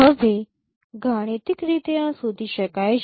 હવે ગાણિતિક રીતે આ શોધી શકાય છે